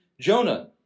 Jonah